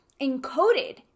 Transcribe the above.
encoded